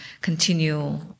continue